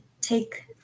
take